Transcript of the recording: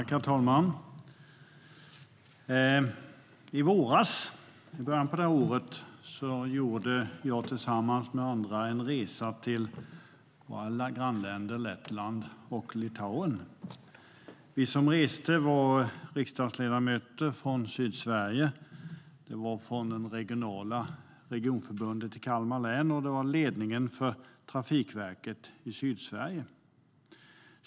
Herr talman! I våras gjorde jag tillsammans med några andra en resa till våra grannländer Lettland och Litauen. Vi som reste var riksdagsledamöter från Sydsverige, personer från Regionförbundet i Kalmar län och ledningen för Trafikverket i Sydsverige.